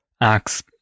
acts